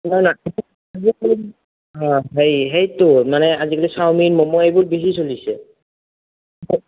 অঁ সেই সেইটো আজিকালি চাওমিন ম'ম' সেইবোৰ বেছি চলিছে